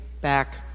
back